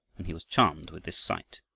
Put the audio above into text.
and he was charmed with this sight.